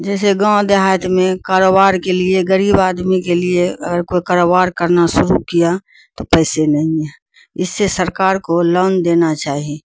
جیسے گاؤں دیہات میں کاروبار کے لیے غریب آدمی کے لیے اگر کوئی کاروبار کرنا شروع کیا تو پیسے نہیں ہے اس سے سرکار کو لون دینا چاہی